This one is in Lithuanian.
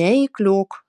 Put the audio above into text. neįkliūk